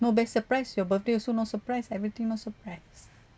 no big surprise your birthday also not surprise everything not surprise